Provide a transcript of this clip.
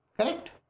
Correct